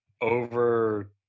over